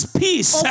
peace